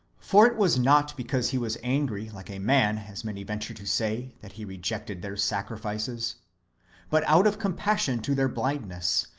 for it was not because he was angry, like a man, as many venture to say, that he rejected their sacrifices but out of compassion to their blindness,